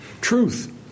truth